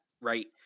right